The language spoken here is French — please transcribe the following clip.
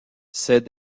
ces